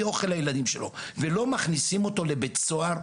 אוכל לילדים שלו ולא מכניסים אותו לבית סוהר,